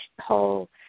whole